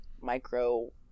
micro